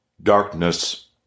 darkness